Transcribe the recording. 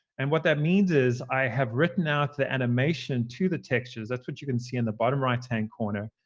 and what that means is i have written out the animation to the textures. that's what you can see in the bottom right hand corner,